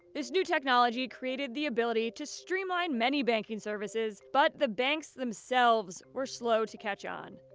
this new technology created the ability to streamline many banking services. but the banks themselves were slow to catch on.